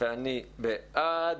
אני בעד.